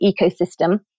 ecosystem